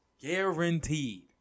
Guaranteed